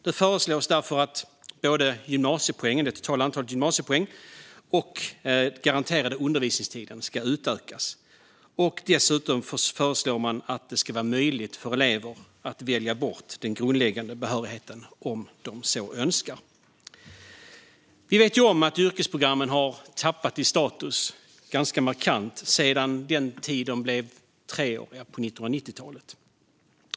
Det föreslås därför att både det totala antalet gymnasiepoäng och den garanterade undervisningstiden ska utökas. Dessutom föreslås att det ska vara möjligt för elever att välja bort den grundläggande behörigheten om de så önskar. Vi vet att yrkesprogrammen har tappat i status ganska markant sedan de blev treåriga på 1990-talet.